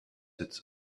its